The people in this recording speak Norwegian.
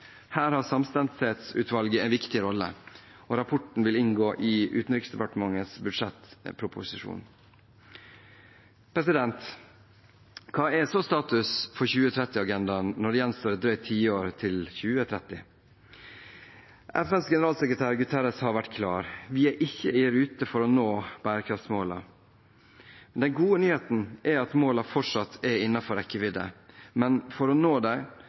Her har samstemthetsutvalget en viktig rolle. Rapporten vil inngå i Utenriksdepartementets budsjettproposisjon. Hva er så status for 2030-agendaen når det gjenstår et drøyt tiår til 2030? FNs generalsekretær Guterres har vært klar: Vi er ikke i rute for å nå bærekraftsmålene. Den gode nyheten er at målene fortsatt er innenfor rekkevidde. Men for å nå